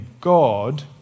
god